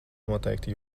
noteikti